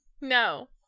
No